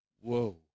whoa